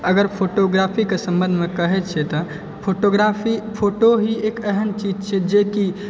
अगर फोटोग्राफी के सम्बन्ध मे कहै छियै तऽ फोटोग्राफी फोटो हि एक एहन चीज छियै जे कि